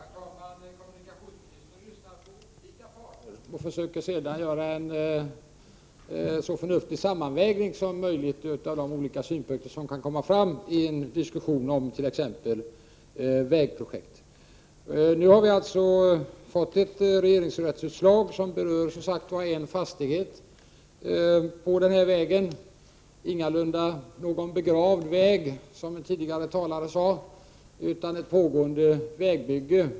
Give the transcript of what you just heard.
Herr talman! Kommunikationsministern lyssnar på olika parter och försöker sedan göra en så förnuftig sammanvägning som möjligt av de synpunkter som kan komma fram i en diskussion om t.ex. vägprojekt. Nu har vi alltså fått ett regeringsrättsutslag som berör en viss fastighet längs vägen. Det är ingalunda någon begravd väg, som någon tidigare talare sade, utan ett pågående vägbygge.